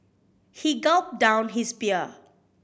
he gulped down his beer